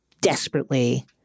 desperately